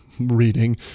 reading